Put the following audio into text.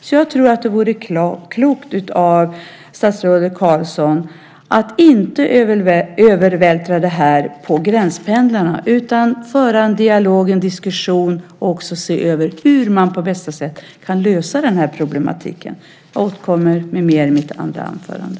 Jag tror därför att det vore klokt av statsrådet Karlsson att inte övervältra detta på gränspendlarna utan i stället föra en dialog, en diskussion, och se hur man på bästa sätt kan lösa problematiken. Jag återkommer med mera i mitt nästa anförande.